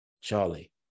Charlie